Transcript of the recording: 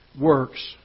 works